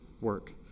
work